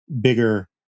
bigger